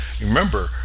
Remember